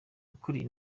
ukuriye